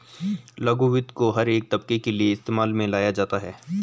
लघु वित्त को हर एक तबके के लिये इस्तेमाल में लाया जाता है